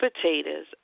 potatoes